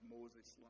Moses